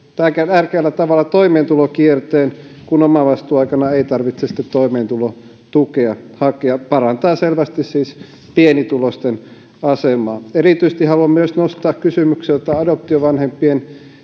tärkeällä tavalla toimeentulokierteen kun omavastuuaikana ei tarvitse sitten toimeentulotukea hakea parantaa selvästi siis pienituloisten asemaa erityisesti haluan nostaa kysymyksen jota adoptiovanhempien